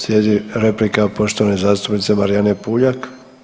Slijedi replika poštovane zastupnice Marijane Puljak.